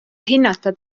hinnata